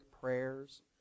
prayers